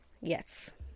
Yes